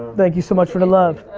thank you so much for the love.